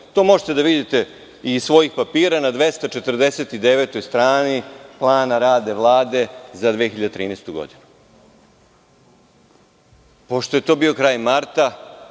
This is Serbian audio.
To možete da vidite iz svojih papira na 249 strani plana rada Vlade za 2013. godinu. Pošto je to bio kraj marta,